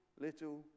little